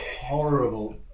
horrible